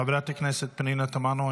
חברת הכנסת פנינה תמנו,